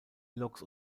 loks